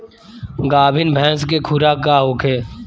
गाभिन भैंस के खुराक का होखे?